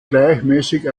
gleichmäßig